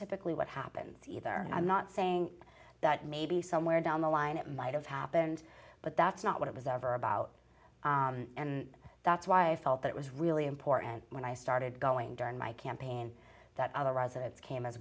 typically what happens either and i'm not saying that maybe somewhere down the line it might have happened but that's not what it was ever about and that's why i felt it was really important when i started going during my campaign that other residents came as